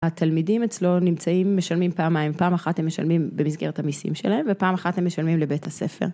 התלמידים אצלו נמצאים, משלמים פעמיים, פעם אחת הם משלמים במסגרת המיסים שלהם ופעם אחת הם משלמים לבית הספר.